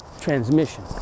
transmission